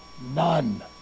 None